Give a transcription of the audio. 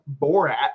Borat